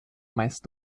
meist